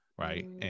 Right